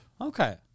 Okay